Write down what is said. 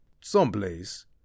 someplace